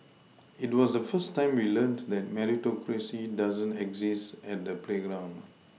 it was the first time we learnt that Meritocracy doesn't exist at the playground